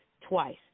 twice